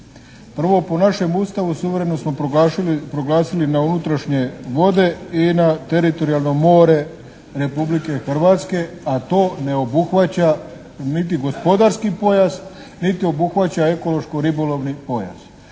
Prvo, po našem Ustavu suvereno smo proglasili na unutrašnje vode i na teritorijalno more Republike Hrvatske, a to ne obuhvaća niti gospodarski pojas niti obuhvaća ekološko-ribolovni pojas.